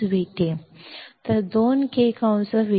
VGS VT